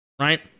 right